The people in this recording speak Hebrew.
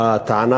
הטענה